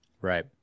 Right